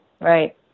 Right